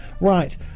Right